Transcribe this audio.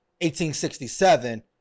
1867